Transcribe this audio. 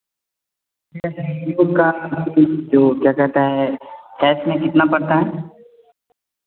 वह क्या कहते हैं कैश में कितना पड़ता है